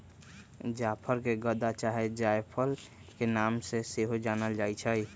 जाफर के गदा चाहे जायफल के नाम से सेहो जानल जाइ छइ